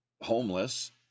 homeless